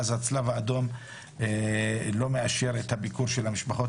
ואז הצלב האדום לא מאשר את הביקור של המשפחות,